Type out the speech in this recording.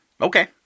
Okay